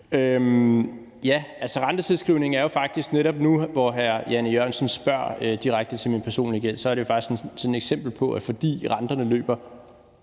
Rentetilskrivning er jo faktisk netop, nu hr. Jan E. Jørgensen spørger direkte til min personlige gæld, et eksempel på, at fordi renterne løber